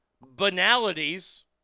banalities